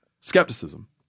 Skepticism